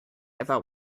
about